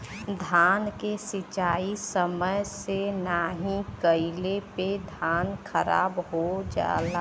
धान के सिंचाई समय से नाहीं कइले पे धान खराब हो जाला